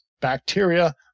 bacteria